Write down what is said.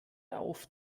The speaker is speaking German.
auf